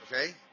okay